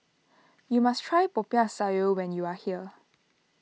you must try Popiah Sayur when you are here